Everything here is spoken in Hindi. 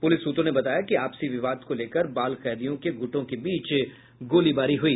पुलिस सूत्रों ने बताया कि आपसी विवाद को लेकर बाल कैदियों के गुटों के बीच गोलीबारी हुई